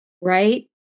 Right